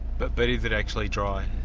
but but is it actually dry?